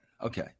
Okay